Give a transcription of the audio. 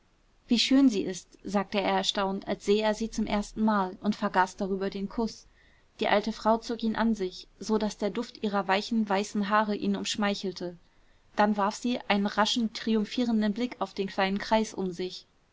wie schön sie ist sagte er erstaunt als sähe er sie zum erstenmal und vergaß darüber den kuß die alte frau zog ihn an sich so daß der duft ihrer weichen weißen haare ihn umschmeichelte dann warf sie einen raschen triumphierenden blick auf den kleinen kreis um sich